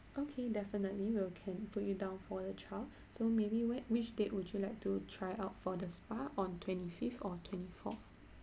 okay definitely we'll can put you down for your trial so maybe when which date would you like to try out for the spa on twenty fifth or twenty fourth